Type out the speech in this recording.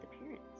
appearance